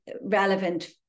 relevant